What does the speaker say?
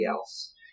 else